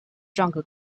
jungle